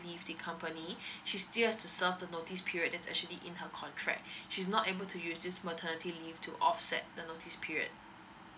leave the company she still has to serve the notice period that's actually in her contract she's not able to use this maternity leave to offset the notice period